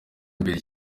imbere